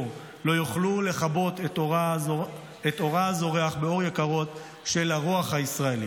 לא יוכלו לכבות את אורה הזורח באור יקרות של הרוח הישראלית.